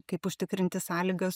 kaip užtikrinti sąlygas